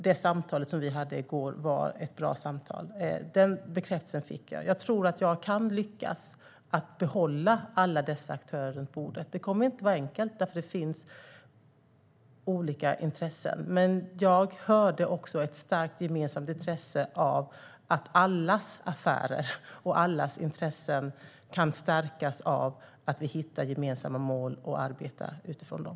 Det samtal vi hade i går var ett bra samtal, och jag tror att jag kan lyckas behålla alla dessa aktörer runt bordet. Det kommer inte att vara enkelt, för det finns olika intressen, men jag hörde också ett starkt gemensamt intresse av att allas affärer och allas intressen kan stärkas av att vi hittar gemensamma mål och arbetar utifrån dem.